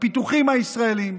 לפיתוחים הישראליים,